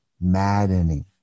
maddening